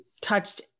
touched